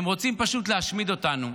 הם רוצים פשוט להשמיד אותנו.